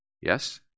Yes